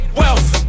wealth